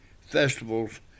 festivals